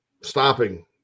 stopping